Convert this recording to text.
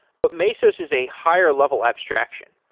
but mesos is a higher level abstraction.